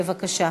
בבקשה.